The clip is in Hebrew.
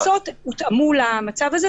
והקנסות הותאמו למצב הזה.